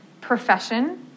profession